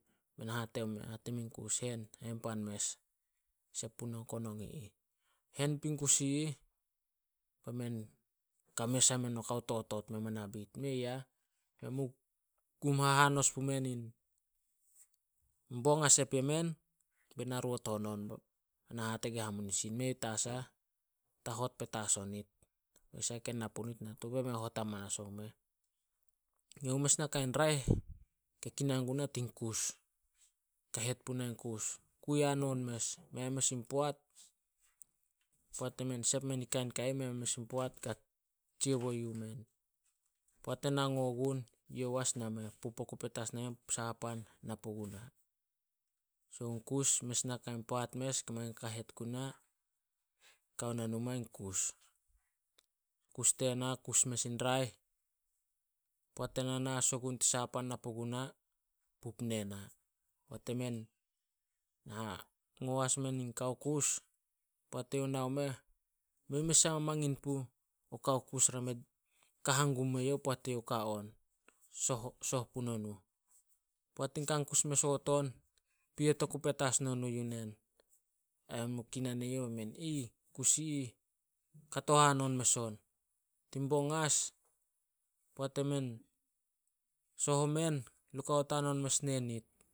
Be men hate mui kus, "Hainpan mes sep punao konong i ih." Hen pui kus i ih, be men kame sai men o kao totot, men ma na bit. Mei ah, gum hahanos pumen in bong a sep e men, bei narout e hon on. Be na hate gue hamunisin, "Mei tas ah, ta hot petas o nit, mei sai ken na punit natu." Be men hot amans o mu meh. Youh mes nakai raeh ke kinan guna tin kus, kahet punai kus. Kui hanon mes, mei a mes in poat, poat emen sep men kain ka ih, mei a mes in poat ka tsia bo yuh men. Poat ena ngo gun, youh as nameh. Pup oku petas saha pan na puguna. So, kus mes nakai paat mes ke mangin kahet guna, kao na numa, in kus. Kus tena kus mes in raeh, poat ena na as ogun tin saha pan na puguna, pup ne na. Poat emen ngo as men kao kus, poat eyouh nao meh, mei mes ah mamangin puh o kao kus ra me ka hangum me youh poat eyouh ka on, soh punonuh. Piet oku petas nonuh yu nen. Ai men mu kinan eyouh ai men, "Aih, kus i ih kato hanon mes on. Tin bong as, poat emen soh omen, lukaut hanon mes ne nit.